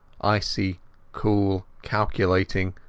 icy, cool, calculating,